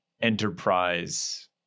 enterprise